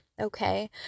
okay